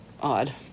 odd